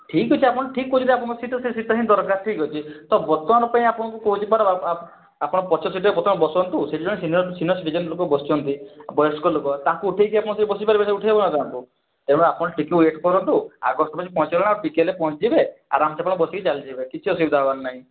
ଠିକ ଅଛି ଆପଣ ଠିକ କହୁଛନ୍ତି ଆପଣ ସିଟ୍ ସେ ସିଟ୍ ହିଁ ଦରକାର ଠିକଅଛି ତ ବର୍ତ୍ତମାନ ପାଇଁ ଆପଣଙ୍କୁ କହୁଛି ଆପଣ ପଛ ସିଟରେ ବର୍ତ୍ତମାନ ବସନ୍ତୁ ସେଇଠି ଜଣେ ସିନିୟର ସିନିୟର ସିଟିଜେନ୍ ଲୋକ ବସିଛନ୍ତି ବୟସ୍କ ଲୋକ ତାକୁ ଉଠେଇକି ଆପଣ ସେଇଠି ବସି ପାରିବେ ଉଠେଇ ହେବନା ତାଙ୍କୁ ତେଣୁ ଆପଣ ଟିକିଏ ୱେଟ୍ କରନ୍ତୁ ଆଗ ଷ୍ଟପେଜ୍ ପହଞ୍ଚିଗଲାଣି ଆଉ ଟିକିଏ ହେଲେ ପହଞ୍ଚିଯିବେ ଆରାମସେ ଆପଣ ବସିକି ଚାଲିଯିବେ କିଛି ଅସୁବିଧା ହେବାର ନାହିଁ